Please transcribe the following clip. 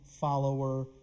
follower